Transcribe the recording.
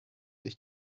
sich